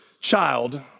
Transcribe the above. child